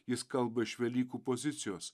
jis kalba iš velykų pozicijos